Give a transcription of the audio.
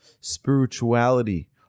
Spirituality